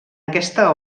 aquesta